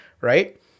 right